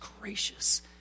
gracious